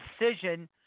decision